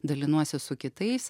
dalinuosi su kitais